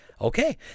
okay